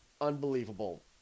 unbelievable